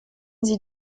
sie